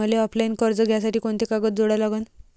मले ऑफलाईन कर्ज घ्यासाठी कोंते कागद जोडा लागन?